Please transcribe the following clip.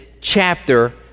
chapter